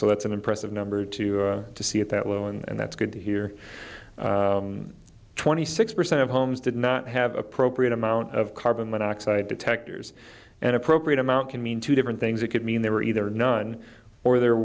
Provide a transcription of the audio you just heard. so that's an impressive number two to see at that low and that's good to hear twenty six percent of homes did not have appropriate amount of carbon monoxide detectors an appropriate amount can mean two different things it could mean there were either none or there